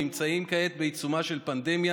נמצאים כעת בעיצומה של פנדמיה